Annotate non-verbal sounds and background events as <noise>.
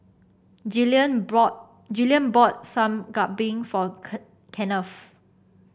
Gillian <unintelligible> Gillian bought Sup Kambing for <unintelligible> Kenneth